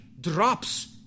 drops